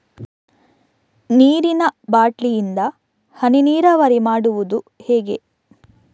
ನೀರಿನಾ ಬಾಟ್ಲಿ ಇಂದ ಹನಿ ನೀರಾವರಿ ಮಾಡುದು ಹೇಗೆ?